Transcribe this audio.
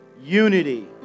unity